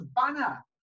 banner